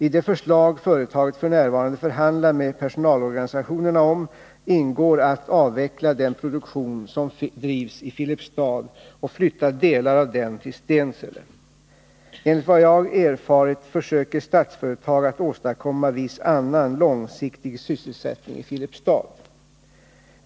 I de förslag företaget nu förhandlar med personalorganisationerna om ingår att avveckla den produktion som f.n. drivs i Filipstad och flytta delar av den till Stensele. Enligt vad jag erfarit försöker Statsföretag att åstadkomma viss annan långsiktig sysselsättning i Filipstad.